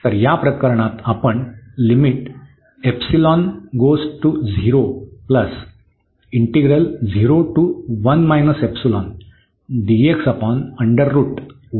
तर या प्रकरणात आपण घेऊ